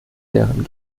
deren